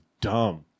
dumb